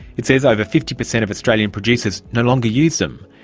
it says over fifty percent of australian producers no longer use them.